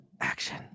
Action